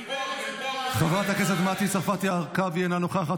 הדובר הבא חבר הכנסת יואב סגלוביץ' אינו נוכח,